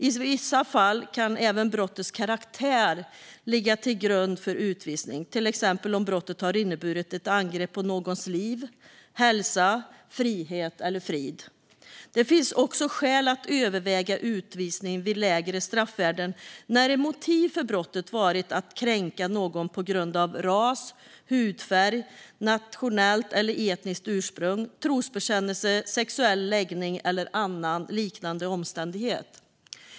I vissa fall ska även brottets karaktär kunna ligga till grund för utvisning, till exempel om brottet har inneburit ett angrepp på någons liv, hälsa, frihet eller frid. Det finnas också skäl att överväga utvisning vid lägre straffvärden när ett motiv för brottet varit att kränka någon på grund av ras, hudfärg, nationellt eller etniskt ursprung, trosbekännelse, sexuell läggning eller annan liknande omständighet.